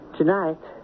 tonight